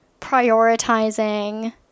prioritizing